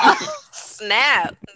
Snap